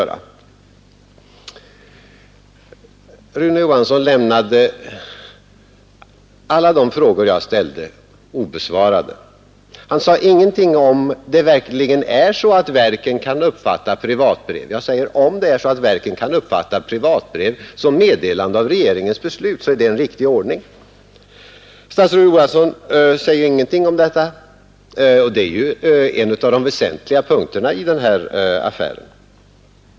Rune Johansson lämnade alla de frågor jag ställde obesvarade. Han sade ingenting i frågan om det verkligen är så att verken skall uppfatta privatbrev som meddelande av regeringens beslut. Statsrådet Johansson sade ingenting om detta, som ju är en av de väsentliga punkterna i den här affären.